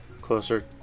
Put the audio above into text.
Closer